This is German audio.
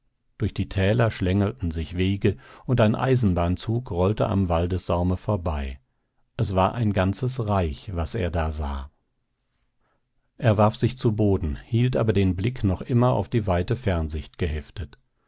durch die täler schlängelten sich wege und ein eisenbahnzug rollte am waldessaume vorbei es war ein ganzes reich was er da sah er warf sich zu boden hielt aber den blick noch immer auf die weite fernsicht geheftet